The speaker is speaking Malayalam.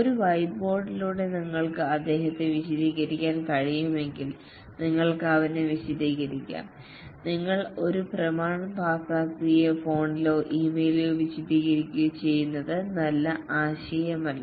ഒരു വൈറ്റ്ബോർഡിലൂടെ നിങ്ങൾക്ക് അദ്ദേഹത്തെ വിശദീകരിക്കാൻ കഴിയുമെങ്കിൽ നിങ്ങൾക്ക് അവനെ വിശദീകരിക്കാം നിങ്ങൾ ഒരു പ്രമാണം പാസാക്കുകയോ ഫോണിലോ ഇമെയിലിലോ വിശദീകരിക്കുകയോ ചെയ്യുന്നത് നല്ല ആശയമല്ല